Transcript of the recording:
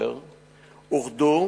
דצמבר אוחדו,